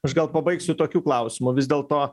aš gal pabaigsiu tokiu klausimu vis dėlto